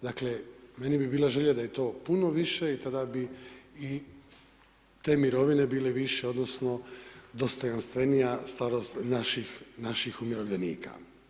Dakle, meni bi bila želja da je to puno više i tada bi i te mirovine bile više, odnosno dostojanstvenija starost naših umirovljenika.